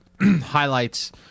highlights